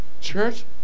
Church